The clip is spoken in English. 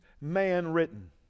man-written